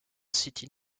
city